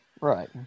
Right